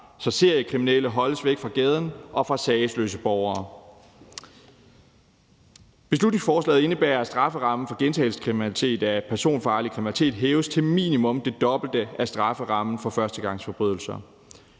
så seriekriminelle holdes væk fra gaden og fra sagesløse borgere. Beslutningsforslaget indebærer, at strafferammen for gentagelsestilfælde af personfarlig kriminalitet hæves til minimum det dobbelte af strafferammen for førstegangsforbrydelser.